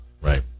Right